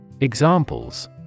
examples